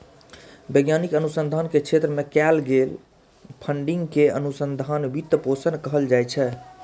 वैज्ञानिक अनुसंधान के क्षेत्र मे कैल गेल फंडिंग कें अनुसंधान वित्त पोषण कहल जाइ छै